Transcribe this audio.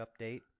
update